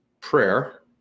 prayer